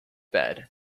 bed